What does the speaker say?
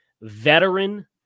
veteran